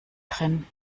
drin